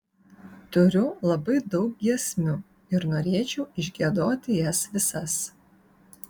turiu labai daug giesmių ir norėčiau išgiedoti jas visas